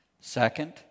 Second